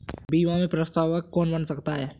बीमा में प्रस्तावक कौन बन सकता है?